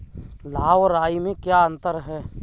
लाह व राई में क्या अंतर है?